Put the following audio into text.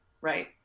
right